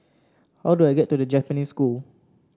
how do I get to The Japanese School